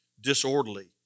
disorderly